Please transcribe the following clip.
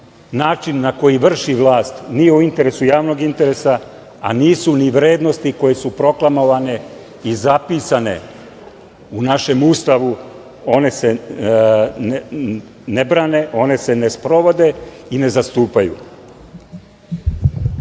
način na koji vrši vlast nije u interesu javnog interesa, a nisu ni vrednosti koje su proklamovane i zapisane u našem Ustavu, one se ne brane, one se ne sprovode i ne zastupaju. Zato